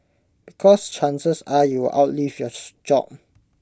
because chances are you outlive your job